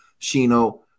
Shino